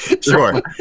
Sure